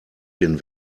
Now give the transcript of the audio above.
den